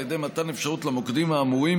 על ידי מתן אפשרות למוקדים האמורים